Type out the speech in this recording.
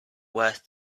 worth